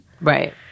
right